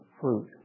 fruit